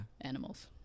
animals